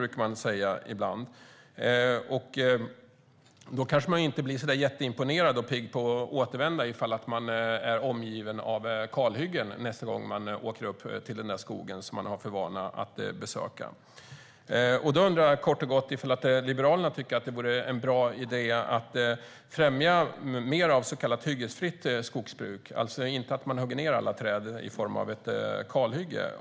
Då kanske turisterna inte blir så jätteimponerade och pigga på att återvända om de är omgivna av kalhyggen nästa gång som de åker upp till den skog som de har för vana att besöka. Jag undrar kort och gott om Liberalerna tycker att det vore en bra idé att främja mer av så kallat hyggesfritt skogsbruk, alltså att man inte hugger ned alla träd så att det blir ett kalhygge.